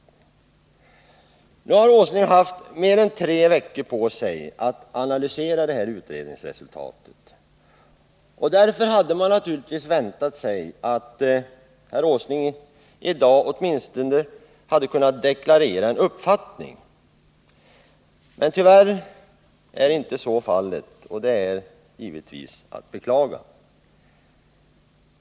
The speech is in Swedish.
Nr 97 Nu har herr Åsling haft mer än tre veckor på sig att analysera Fredagen den utredningsresultatet. Därför hade man naturligtvis kunnat vänta sig att herr 29 februari 1980 Åsling i dag åtminstone skulle ha kunnat deklarera en uppfattning i frågan. Men tyvärr är så inte fallet, vilket givetvis är att beklaga.